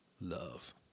love